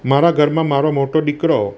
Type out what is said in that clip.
મારા ઘરમાં મારો મોટો દીકરો